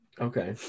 Okay